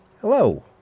Hello